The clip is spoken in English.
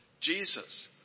Jesus